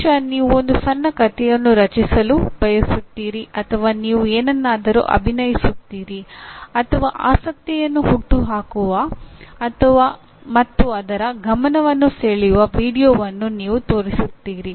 ಬಹುಶಃ ನೀವು ಒಂದು ಸಣ್ಣ ಕಥೆಯನ್ನು ರಚಿಸಲು ಬಯಸುತ್ತೀರಿ ಅಥವಾ ನೀವು ಏನನ್ನಾದರೂ ಅಭಿನಯಿಸುತ್ತೀರಿ ಅಥವಾ ಆಸಕ್ತಿಯನ್ನು ಹುಟ್ಟುಹಾಕುವ ಮತ್ತು ಅದರ ಗಮನವನ್ನು ಸೆಳೆಯುವ ವೀಡಿಯೊವನ್ನು ನೀವು ತೋರಿಸುತ್ತೀರಿ